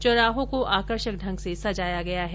चौराहों को आकर्षक ढंग से सजाया गया है